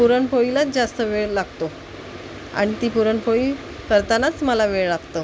पुरणपोळीलाच जास्त वेळ लागतो आणि ती पुरणपोळी करतानाच मला वेळ लागतो